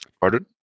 pardon